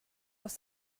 was